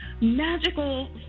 magical